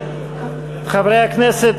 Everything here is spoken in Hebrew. חברי הכנסת,